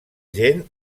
gen